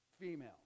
female